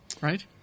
Right